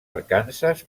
arkansas